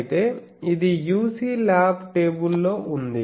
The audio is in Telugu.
అయితే ఇది UC ల్యాబ్ టేబుల్లో ఉంది